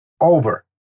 over